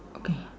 okay